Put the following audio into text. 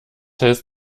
hälst